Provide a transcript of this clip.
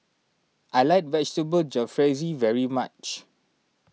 I like Vegetable Jalfrezi very much